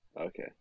Okay